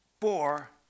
four